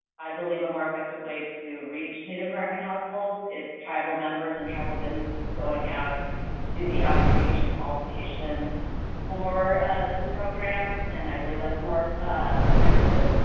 i believe, a more effective way to reach native american households. it's tribal members and tribal businesses going out to do the outreach and qualification for this program. and i believe that's more effective.